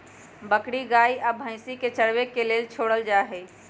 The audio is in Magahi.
बकरी गाइ आ भइसी के चराबे के लेल छोड़ल जाइ छइ